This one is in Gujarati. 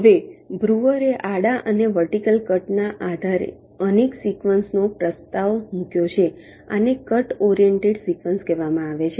હવે બ્રુઅરે આડા અને વર્ટિકલ કટના અનેક સિક્વન્સનો પ્રસ્તાવ મૂક્યો છે આને કટ ઓરિએન્ટેડ સિક્વન્સ કહેવામાં આવે છે